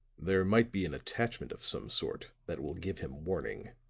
there might be an attachment of some sort that will give him warning.